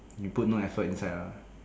you put no effort inside ah